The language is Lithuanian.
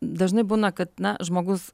dažnai būna kad na žmogus